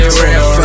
real